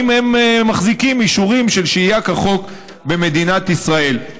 אם הם מחזיקים אישורים של שהייה כחוק במדינת ישראל,